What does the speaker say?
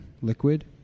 liquid